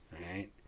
right